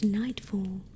nightfall